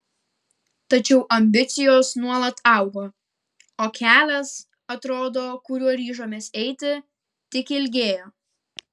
tačiau ambicijos nuolat augo o kelias atrodo kuriuo ryžomės eiti tik ilgėjo